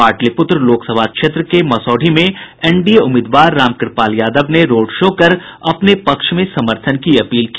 पाटलिपुत्र लोकसभा क्षेत्र के मसौढ़ी में एनडीए उम्मीदवार रामकृपाल यादव ने रोड शो कर अपने पक्ष में समर्थन की अपील की